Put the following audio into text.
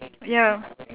ya